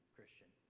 Christian